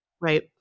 Right